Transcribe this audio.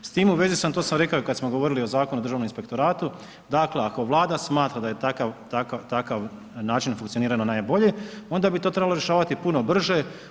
S tim u vezi, a to sam i rekao i kada smo govorili o Zakonu o Državnom inspektoratu, dakle, ako vlada smatra da je takav način funkcioniranja najbolje, onda bi to trebalo rješavati puno brže.